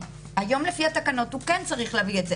היום לפי התקנות הוא כן צריך להביא את זה.